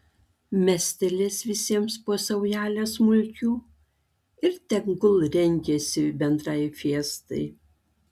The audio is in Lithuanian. mestelės visiems po saujelę smulkių ir tegul rengiasi bendrai fiestai